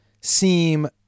seem